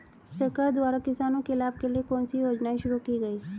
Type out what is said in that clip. सरकार द्वारा किसानों के लाभ के लिए कौन सी योजनाएँ शुरू की गईं?